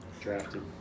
Drafted